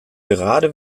gerade